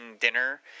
dinner